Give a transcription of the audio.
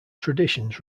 traditions